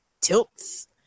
tilts